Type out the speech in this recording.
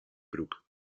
broek